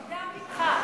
אני גם אתך.